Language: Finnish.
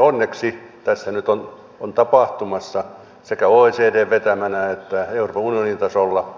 onneksi tässä nyt on tapahtumassa sekä oecdn vetämänä että euroopan unionin tasolla